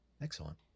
excellent